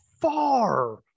far